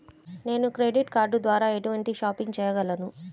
నేను credit card ద్వార ఎటువంటి షాపింగ్ చెయ్యగలను?